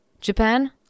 Japan